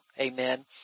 Amen